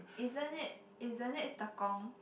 isn't it isn't it Tekong